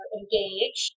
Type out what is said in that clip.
engage